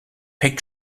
pek